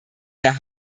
herr